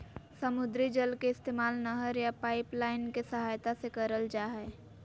समुद्री जल के इस्तेमाल नहर या पाइपलाइन के सहायता से करल जा हय